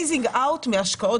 ומצד שני רואים פייזינג-אאוט מהשקעות